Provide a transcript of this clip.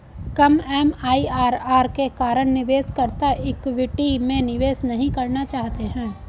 कम MIRR के कारण निवेशकर्ता इक्विटी में निवेश नहीं करना चाहते हैं